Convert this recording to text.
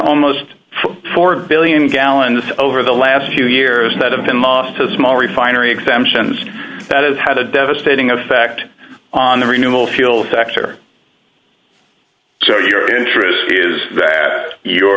almost four billion gallons over the last few years that have been lost to small refinery exemptions that has had a devastating effect on the renewable fuel sector so your interest is